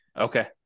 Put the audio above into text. Okay